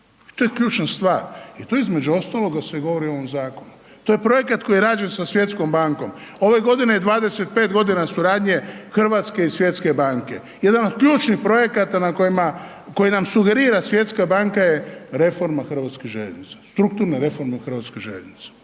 to je ključna stvar, jer to između ostaloga se govori u ovom zakonu. To je projekat koji je rađen sa Svjetskom bankom, ove godine je 25 godina suradnje Hrvatske i Svjetske banke, jedan od ključnih projekata na kojima, koji nam sugerira Svjetska banka je reforma hrvatske željeznice, strukturna reforma hrvatske željeznice.